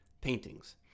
paintings